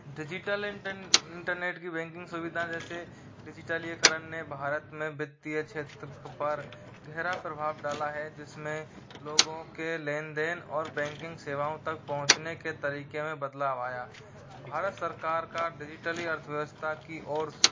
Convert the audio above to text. digital inter internet की banking सुविधा जैसे डिजिटलीयकरन ने भारत में वित्तीय क्षेत्र पर गहरा प्रभाव डाला है जिसमें लोगों के लेन देन और बैंकिंग सेवाओं तक पहुंचने के तरीके में बदलाव आया भारत सरकार का डिजिटली अर्थव्यवस्था की ओर